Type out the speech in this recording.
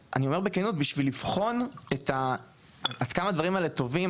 וצריך לבחון עד כמה הדברים האלו טובים,